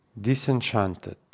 disenchanted